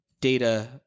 data